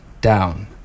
down